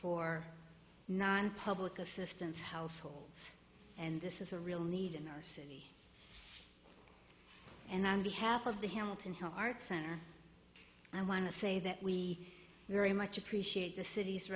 for nonpublic assistance households and this is a real need in our city and on behalf of the hamilton hill arts center and i want to say that we very much appreciate the city's